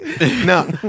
no